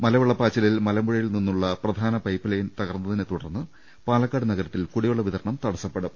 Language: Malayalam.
മലവെള്ളപ്പാച്ചി ലിൽ മലമ്പുഴയിൽ നിന്നുള്ള പ്രധാന പൈപ്പ് ലൈൻ തകർന്നതിനെ ത്തുടർന്ന് പാലക്കാട് നഗരത്തിൽ കുടിവെള്ള വിതരണം തടസ്സപ്പെ ടും